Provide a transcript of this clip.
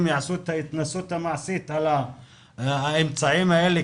יעשו את ההתנסות המעשית על האמצעים האלה,